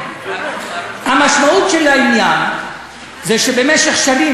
המשמעות של העניין היא שבמשך שנים,